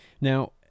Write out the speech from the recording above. Now